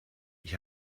ich